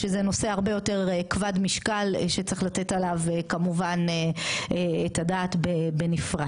שזה נושא הרבה יותר כבד משקל שצריך לתת עליו כמובן את הדעת בנפרד.